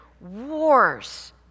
wars